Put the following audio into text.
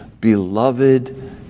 beloved